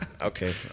Okay